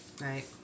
right